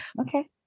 okay